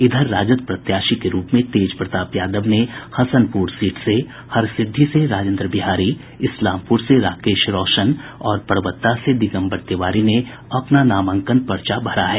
इधर राजद प्रत्याशी के रूप में तेज प्रताप यादव ने हसनपुर सीट से हरसिद्धी से राजेन्द्र बिहारी इस्लामपुर से राकेश रौशन और परबत्ता से दिगम्बर तिवारी ने अपना नामांकन पर्चा भरा है